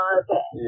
okay